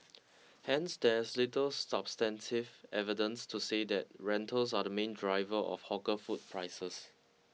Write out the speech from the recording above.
hence there is little substantive evidence to say that rentals are the main driver of hawker food prices